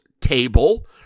table